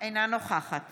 אינה נוכחת